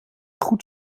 goed